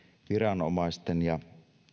viranomaisten ja